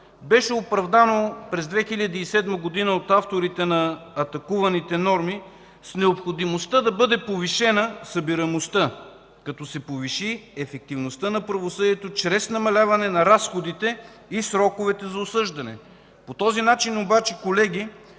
беше оправдано през 2007 г. от авторите на атакуваните норми с необходимостта да бъде повишена събираемостта, като се повиши ефективността на правосъдието чрез намаляване на разходите и сроковете за осъждане. Обаче по този начин, колеги,